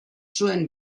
zuen